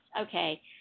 Okay